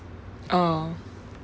oh